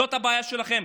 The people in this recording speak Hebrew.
זאת הבעיה שלכם.